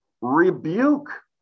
rebuke